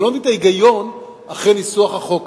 אני רק לא מבין את ההיגיון שמאחורי ניסוח החוק הזה.